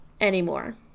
anymore